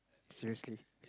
seriously